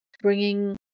bringing